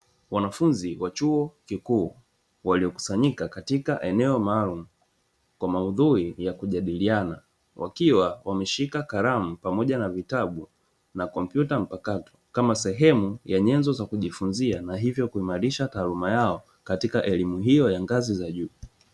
Wanafunzi wa chuo kikuu, walio kusanyika katika eneo maalumu kwa maudhui ya kujadiliana wakiwa wameshika kalamu pamoja na vitabu na kompyuta mpakato, kama sehemu ya nyenzo za kujifunzia na hivyo kuimarisha taaluma yao katika elimu hiyo ya ngazi za juu.